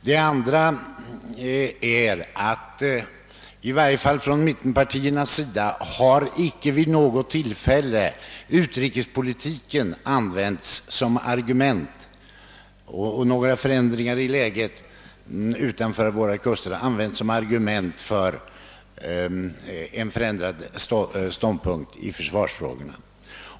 Det andra är att — i varje fall från mittenpartiernas sida — utrikespolitiken inte vid något tillfälle använts som argument för en ändrad ståndpunkt i försvarsfrågorna. Vi har exempelvis inte sagt någonting om förändringar i läget utanför våra gränser.